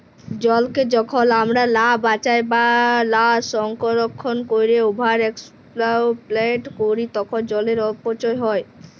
জলকে যখল আমরা লা বাঁচায় বা লা সংরক্ষল ক্যইরে ওভার এক্সপ্লইট ক্যরি তখল জলের অপচয় হ্যয়